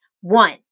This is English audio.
one